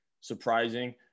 Surprising